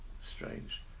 strange